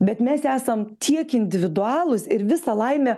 bet mes esam tiek individualūs ir visa laimė